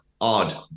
odd